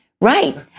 Right